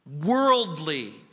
worldly